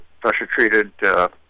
pressure-treated